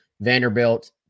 Vanderbilt